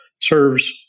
serves